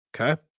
Okay